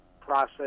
process